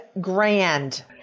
grand